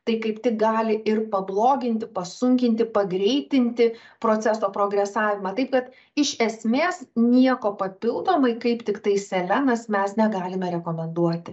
tai kaip tik gali ir pabloginti pasunkinti pagreitinti proceso progresavimą taip kad iš esmės nieko papildomai kaip tiktai selenas mes negalime rekomenduoti